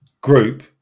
group